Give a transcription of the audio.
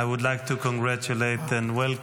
I would like to congratulate and welcome